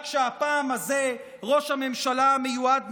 רק שהפעם הזאת ראש הממשלה המיועד,